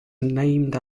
named